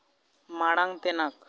ᱢᱟᱲᱟᱝ ᱛᱮᱱᱟᱜ